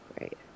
Right